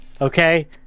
okay